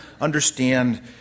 understand